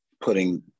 putting